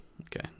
okay